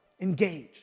Engage